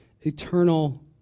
eternal